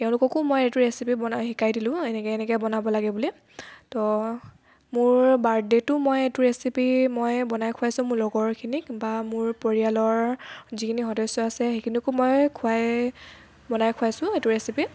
তেওঁলোককো মই এইটো ৰেচিপি বনাই শিকাই দিলো এনেকৈ এনেকৈ বনাব লাগে বুলি ত মোৰ বাৰ্থডে'তো মই এইটো ৰেচিপি মই বনাই খোৱাইছো মোৰ লগৰখিনিক বা মোৰ পৰিয়ালৰ যিখিনি সদস্য আছে সেইখিনিকো মই খোৱাই বনাই খোৱাইছো এইটো ৰেচিপি